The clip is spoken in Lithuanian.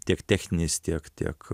tiek techninės tiek tiek